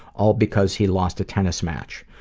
all because he lost a tennis match.